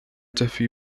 تفي